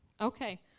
okay